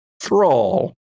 thrall